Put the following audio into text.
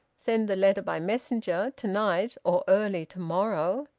send the letter by messenger, to-night. or early to-morrow.